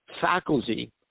faculty